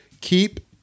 Keep